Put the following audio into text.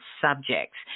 subjects